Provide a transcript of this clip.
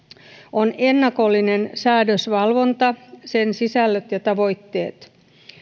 on ennakollinen säädösvalvonta sen sisällöt ja tavoitteet